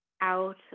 out